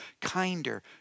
kinder